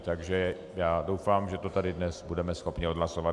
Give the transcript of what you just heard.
Takže já doufám, že to tady dnes budeme schopni odhlasovat.